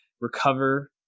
recover